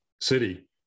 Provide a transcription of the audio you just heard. city